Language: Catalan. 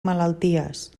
malalties